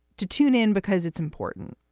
to tune in, because it's important.